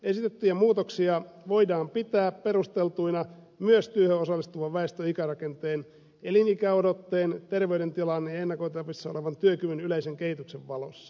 esitettyjä muutoksia voidaan pitää perusteltuina myös työhön osallistuvan väestön ikärakenteen elinikäodotteen terveydentilan ja ennakoitavissa olevan työkyvyn yleisen kehityksen valossa